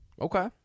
Okay